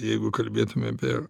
jeigu kalbėtume apie